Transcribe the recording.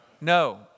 No